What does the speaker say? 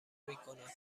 میکنند